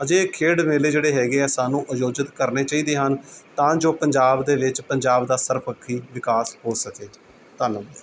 ਅਜਿਹੇ ਖੇਡ ਮੇਲੇ ਜਿਹੜੇ ਹੈਗੇ ਆ ਸਾਨੂੰ ਆਯੋਜਿਤ ਕਰਨੇ ਚਾਹੀਦੇ ਹਨ ਤਾਂ ਜੋ ਪੰਜਾਬ ਦੇ ਵਿੱਚ ਪੰਜਾਬ ਦਾ ਸਰਵਪੱਖੀ ਵਿਕਾਸ ਹੋ ਸਕੇ ਧੰਨਵਾਦ